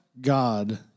God